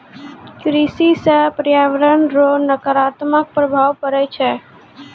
कृषि से प्रर्यावरण रो नकारात्मक प्रभाव पड़ै छै